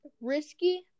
risky